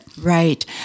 Right